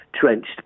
trenched